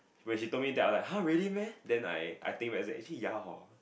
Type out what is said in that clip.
when she told me that I'm like !huh! really meh then I I think back is like actually ya hor